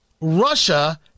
Russia